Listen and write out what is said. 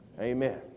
Amen